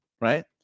right